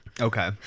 Okay